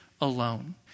alone